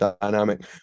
dynamic